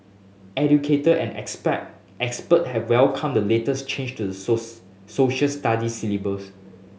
educator and expect expert have welcomed the latest change to the souls Social Studies syllabus